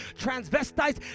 transvestites